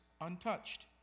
untouched